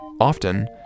often